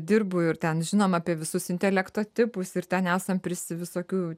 dirbu ir ten žinom apie visus intelekto tipus ir ten esam prisi visokių